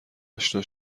اشنا